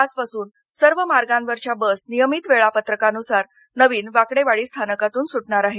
आजपासून सर्व मार्गावरच्या बस नियमित वेळापत्रकानुसार नवीन वाकडेवाडी स्थानकातून सुटणार आहेत